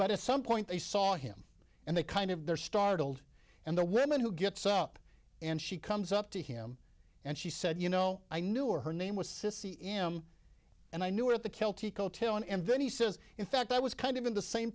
but at some point they saw him and they kind of they're startled and the women who gets up and she comes up to him and she said you know i knew her name was cissy m and i knew at the celtic hotel and then he says in fact i was kind of in the same